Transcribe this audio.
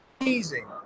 Amazing